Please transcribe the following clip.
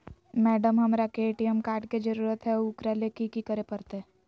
Madam, हमरा के ATM card के जरूरत है ऊकरा ले की की करे परते?